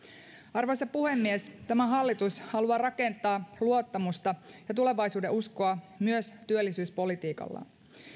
arvoisa puhemies tämä hallitus haluaa rakentaa luottamusta ja tulevaisuudenuskoa myös työllisyyspolitiikallaan